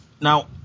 Now